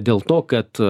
dėl to kad